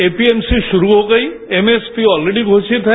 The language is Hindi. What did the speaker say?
एमपीएमसी शुरू हो गई और एमएसपी ऑलरेडी घोषित है